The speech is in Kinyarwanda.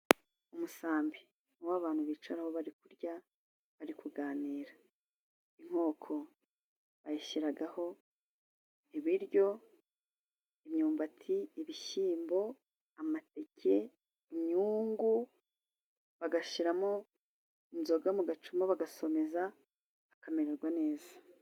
Umusambi ni wo abantu bicaraho bari kurya bari kuganira, inkoko bayishyiragaho ibiryo imyumbati, ibishyimbo ,amateke ,imyungu, bagashyiramo inzoga mu gacuma bagasomeza bakamererwa neza.